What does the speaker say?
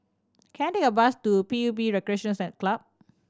can I take a bus to P U B Recreation Set Club